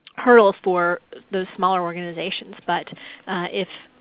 hurdle for the smaller organizations, but if